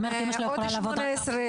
גם לא ארבע שעות.